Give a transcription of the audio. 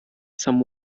some